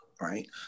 right